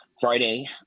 Friday